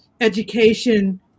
education